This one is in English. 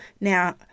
now